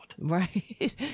Right